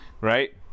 right